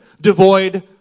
devoid